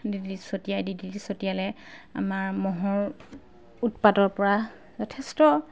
D D T ছটিয়াই D D T ছটিয়ালে আমাৰ মহৰ উৎপাতৰপৰা যথেষ্ট